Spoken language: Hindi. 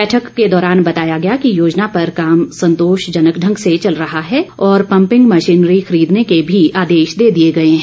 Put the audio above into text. बैठक के दौरान बताया गया कि योजना पर काम संतोषजनक ढंग से चल रहा है और पंपिंग मशीनरी खरीदने के भी आदेश दे दिए गए हैं